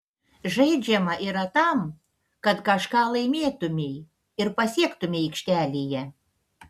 žaidžiama yra tam kad kažką laimėtumei ir pasiektumei aikštelėje